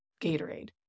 Gatorade